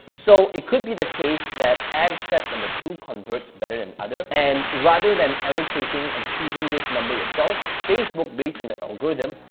so it could be the case that ad set number two converts better than other, and rather than allocating and choosing this number yourself, facebook, based on their algorithm,